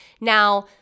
Now